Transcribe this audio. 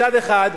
מצד אחד,